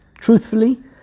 Truthfully